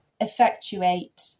effectuate